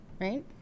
Right